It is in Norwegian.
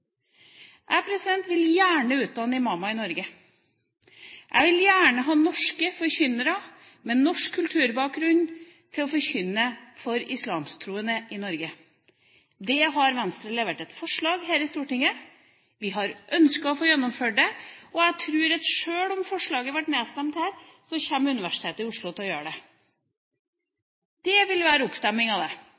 Jeg vil gjerne utdanne imamer i Norge. Jeg vil gjerne ha norske forkynnere, med norsk kulturbakgrunn, til å forkynne for islamske troende i Norge. Det har Venstre levert et forslag om her i Stortinget, vi har ønsket å gjennomføre det, og jeg tror at sjøl om forslaget ble nedstemt her, kommer Universitetet i Oslo til å gjennomføre det. Det ville være en oppdemming – det vil være oppdemmingen mot det